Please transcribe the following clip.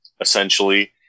essentially